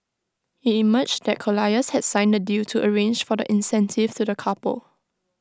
IT emerged that colliers had signed the deal to arrange for the incentive to the couple